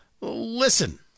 Listen